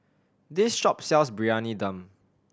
this shop sells Briyani Dum